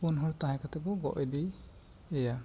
ᱯᱩᱱ ᱦᱚᱲ ᱛᱟᱦᱮᱸ ᱠᱟᱛᱮ ᱠᱚ ᱜᱚᱜ ᱤᱫᱤᱭ ᱮᱭᱟ